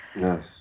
yes